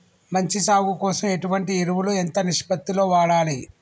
మంచి సాగు కోసం ఎటువంటి ఎరువులు ఎంత నిష్పత్తి లో వాడాలి?